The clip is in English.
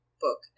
book